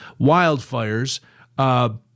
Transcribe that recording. wildfires